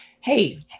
hey